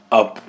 up